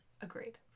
Agreed